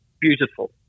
beautiful